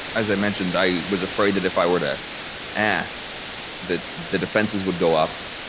as i mentioned, i was afraid that if i were to ask that the defenses would go up,